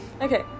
Okay